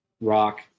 rock